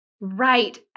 Right